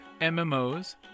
MMOs